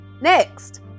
Next